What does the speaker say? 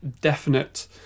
definite